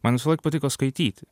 man visąlaik patiko skaityti